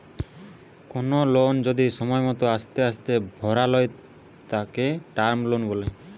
কোনো লোন যদি সময় মতো আস্তে আস্তে ভরালয় তাকে টার্ম লোন বলে